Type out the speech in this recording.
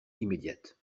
immédiate